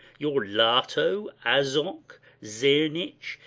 your lato, azoch, zernich,